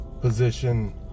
position